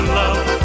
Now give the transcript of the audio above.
love